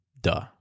Duh